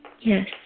Yes